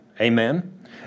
Amen